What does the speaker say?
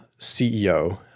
CEO